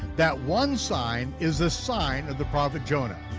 that one sign is the sign of the prophet jonah.